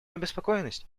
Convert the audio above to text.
обеспокоенность